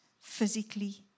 physically